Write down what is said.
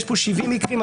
יש פה 70 מקרים,